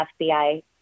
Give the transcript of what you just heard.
FBI